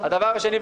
הדבר השני,